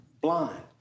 blind